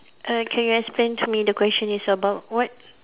err can you explain to me the question is about what